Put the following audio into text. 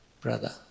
brother